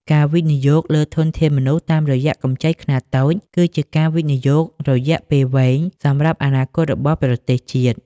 ការវិនិយោគលើធនធានមនុស្សតាមរយៈកម្ចីខ្នាតតូច គឺជាការវិនិយោគរយៈពេលវែងសម្រាប់អនាគតរបស់ប្រទេសជាតិ។